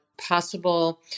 possible